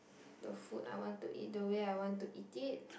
the food I want to eat the way I want to eat it